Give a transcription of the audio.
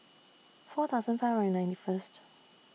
four thousand five hundred and ninety First